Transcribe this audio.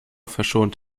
verschont